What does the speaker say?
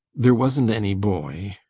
there wasn't any boy,